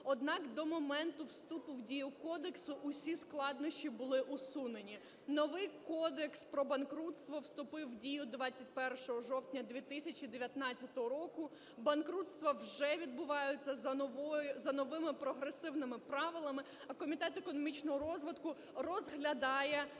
Однак, до моменту вступу в дію кодексу усі складнощі були усунені. Новий Кодекс про банкрутство вступив у дію 21 жовтня 2019 року. Банкрутства вже відбуваються за новими прогресивними правилами. Комітет економічного розвитку розглядає